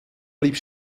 blieb